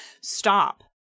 stop